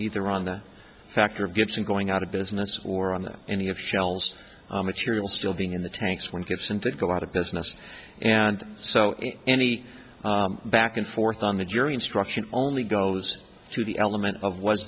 either on the factor of gibson going out of business or on any of shell's material still being in the tanks when it gets into go out of business and so any back and forth on the jury instruction only goes to the element of w